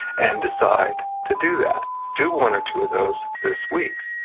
and decide to do that. do one or two of those this week.